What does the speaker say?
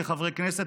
חברי הכנסת,